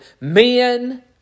men